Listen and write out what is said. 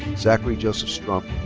zachary joseph strum.